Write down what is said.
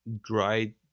dried